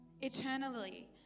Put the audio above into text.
eternally